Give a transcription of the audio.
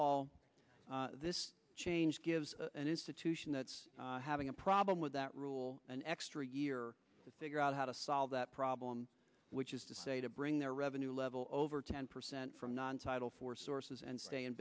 all this change gives an institution that's having a problem with that rule an extra year to figure out how to solve that problem which is to say to bring their revenue level over ten percent from non title four sources and stay in